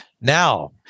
Now